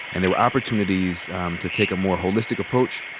and there were opportunities to take a more holistic approach,